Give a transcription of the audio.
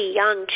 young